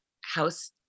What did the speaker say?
house